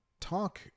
Talk